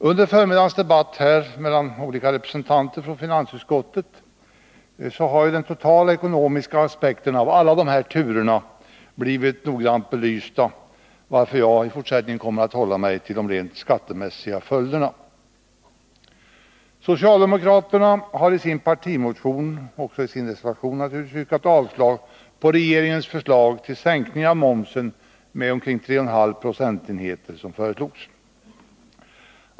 Under förmiddagens debatt mellan olika representanter för finansutskottet har de totala ekonomiska aspekterna av alla dessa turer blivit noggrant belysta, varför jag i fortsättningen kommer att hålla mig till de rent skattemässiga följderna. Socialdemokraterna har i sin partimotion och sin reservation 1 till skatteutskottets betänkande yrkat avslag på regeringens förslag till sänkning av momsen med omkring 3,5 procentenheter.